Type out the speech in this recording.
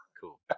Cool